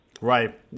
Right